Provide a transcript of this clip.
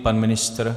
Pan ministr?